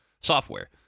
software